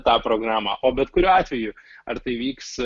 tą programą o bet kuriuo atveju ar tai vyks